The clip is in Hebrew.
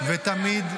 ותמיד,